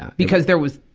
because there was,